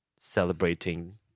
celebrating